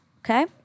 Okay